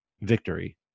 victory